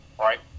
right